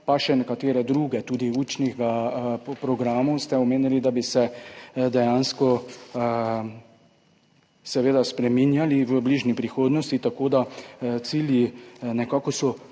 pa še nekatere druge, tudi učne programe ste omenili, da bi se dejansko spreminjali v bližnji prihodnosti. Tako da cilji so.